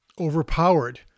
overpowered